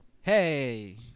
Hey